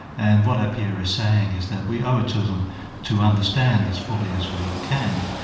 and what appiah is saying is that we owe it to them to understand as fully as we can,